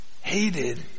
hated